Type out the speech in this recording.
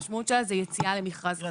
המשמעות שלה זה יציאה למכרז חדש.